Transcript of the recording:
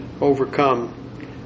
overcome